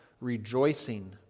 rejoicing